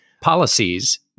policies